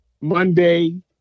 Monday